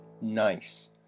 Nice